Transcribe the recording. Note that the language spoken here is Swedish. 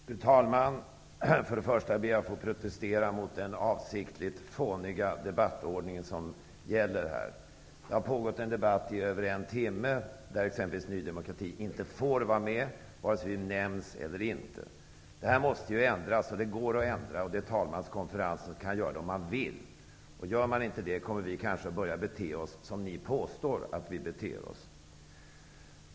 Fru talman! Jag ber först att få protestera mot den avsiktligt fåniga debattordning som gäller här. Det har pågått en debatt i över en timme, där exempelvis inte Ny demokrati fått vara med vare sig vi nämnts eller inte. Detta måste ändras, och det går att ändra. Talmanskonferensen kan göra det, om den så vill. Gör den inte det, kommer vi kanske att börja bete oss så som ni påstår att vi beter oss.